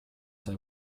sai